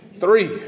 three